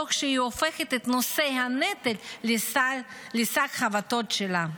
תוך שהיא הופכת את נושאי הנטל לשק החבטות שלה.